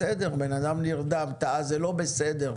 בסדר, בן אדם נרדם, זה לא בסדר.